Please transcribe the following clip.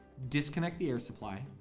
disconnect the air supply,